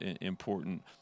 important